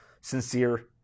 sincere